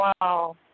Wow